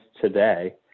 today